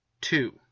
Two